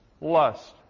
Lust